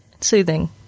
soothing